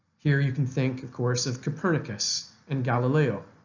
here you can think of course of copernicus and galileo.